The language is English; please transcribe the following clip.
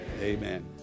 Amen